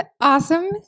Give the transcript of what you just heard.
awesome